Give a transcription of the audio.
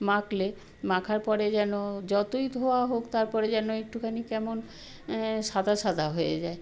মাখলে মাখার পরে যেন যতোই ধোয়া হোক তারপরে যেন একটুখানি কেমন সাদা সাদা হয়ে যায়